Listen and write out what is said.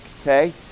okay